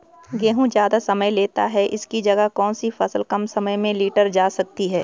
गेहूँ ज़्यादा समय लेता है इसकी जगह कौन सी फसल कम समय में लीटर जा सकती है?